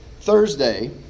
Thursday